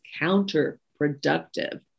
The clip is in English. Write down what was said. counterproductive